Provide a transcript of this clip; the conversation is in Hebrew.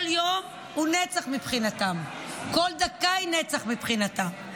כל יום הוא נצח מבחינתם, כל דקה היא נצח מבחינתם.